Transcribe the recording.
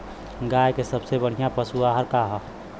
गाय के सबसे बढ़िया पशु आहार का ह?